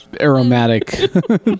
aromatic